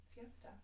Fiesta